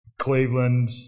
Cleveland